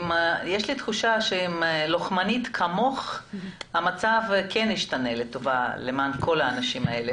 יש לי תחושה שעם לוחמנית כמוך המצב ישתנה לטובה למען כל האנשים האלה.